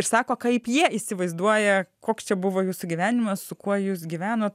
išsako kaip jie įsivaizduoja koks čia buvo jūsų gyvenimas su kuo jūs gyvenot